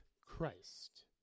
Christ